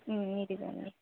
ఇదిగోండి